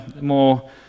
more